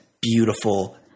beautiful –